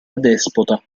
adespota